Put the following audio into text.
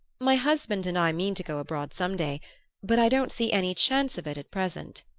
my husband and i mean to go abroad some day but i don't see any chance of it at present.